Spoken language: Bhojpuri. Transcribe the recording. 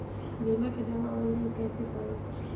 बीमा के दावा ऑनलाइन कैसे करेम?